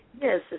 Yes